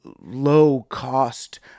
low-cost